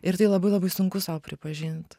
ir tai labai labai sunku sau pripažint